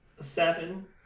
seven